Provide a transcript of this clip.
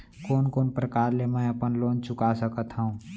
कोन कोन प्रकार ले मैं अपन लोन चुका सकत हँव?